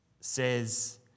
says